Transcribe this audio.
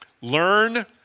learn